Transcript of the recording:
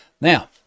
Now